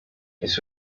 miss